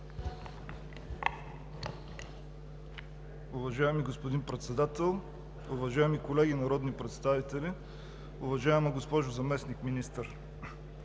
Уважаеми господин Председател, уважаеми колеги народни представители, уважаема госпожо Заместник-министър!